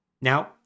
Now